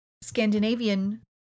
Scandinavian